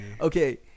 okay